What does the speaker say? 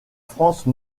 france